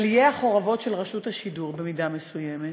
על עיי החורבות של רשות השידור, במידה מסוימת,